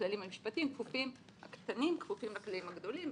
הכללים במשפטים הקטנים כפופים לכללים הגדולים,